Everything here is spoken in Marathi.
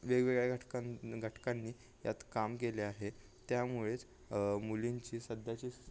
वेगवेगळ्या घटकां घटकांनी यात काम केले आहे त्यामुळेच मुलींची सध्याची